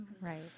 Right